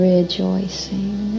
Rejoicing